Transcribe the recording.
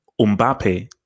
Mbappe